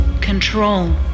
Control